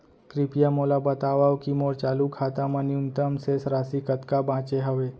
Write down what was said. कृपया मोला बतावव की मोर चालू खाता मा न्यूनतम शेष राशि कतका बाचे हवे